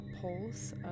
pulse